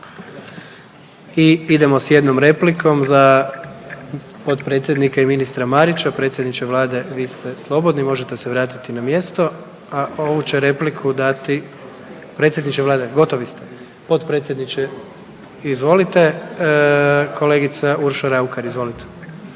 I idemo s jednom replikom za potpredsjednika i ministra Marića, predsjedniče vlade vi ste slobodni možete se vratiti na mjesto, a ovu će repliku dati, predsjedniče vlade gotovi ste, potpredsjedniče izvolite, kolegica Urša Raukar. Izvolite.